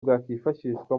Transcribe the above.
bwifashishwa